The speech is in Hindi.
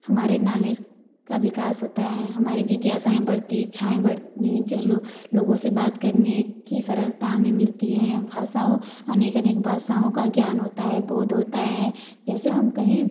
हमारे नालेज का विकास होता है हमारी जिज्ञासाएँ बढ़ती हैं इच्छाएँ बढ़ती हैं जिन लोग लोगों से बात करने की सरलता हमें मिलती है भाषाओं अनेक अनेक भाषाओं का ज्ञान होता है बोध होता है जैसे हम कहीं